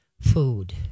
food